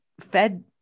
fed